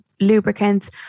lubricants